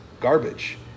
garbage